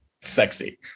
sexy